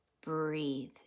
breathe